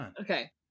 Okay